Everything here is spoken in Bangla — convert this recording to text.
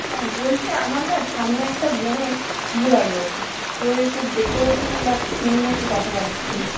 হ্যাঁ বলছি আমার না সামনে একটা বোনের বিয়েবাড়ি আছে তো একটু ডেকোরেশান বা থিম নিয়ে একটু কথা বলার ছিলো